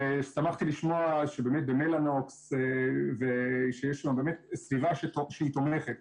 ושמחתי לשמוע שבאמת במלאנוקס יש באמת סביבה תומכת.